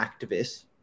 activists